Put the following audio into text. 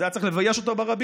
אז היה צריך לבייש אותו ברבים,